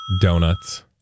Donuts